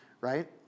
right